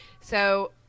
So-